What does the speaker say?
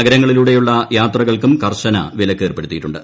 നഗരങ്ങളിലൂടെയുള്ള യാത്രകൾക്കും കർശന വിലക്കേർപ്പെടുത്തിയിട്ടുണ്ട്